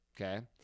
okay